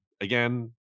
again